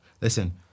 Listen